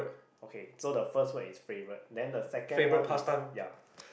okay so the first word is favourite then the second is ya